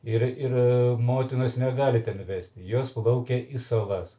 ir ir motinos negali vesti jos plaukia į salas